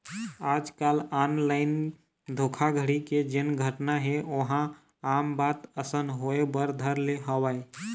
आजकल ऑनलाइन धोखाघड़ी के जेन घटना हे ओहा आम बात असन होय बर धर ले हवय